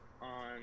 on